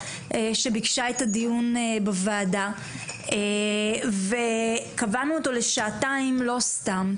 שביקשה את הדיון בוועדה וקבענו אותו לשעתיים לא סתם.